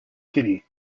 kitty